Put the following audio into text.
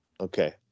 Okay